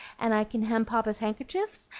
and i can hem papa's hank'chifs,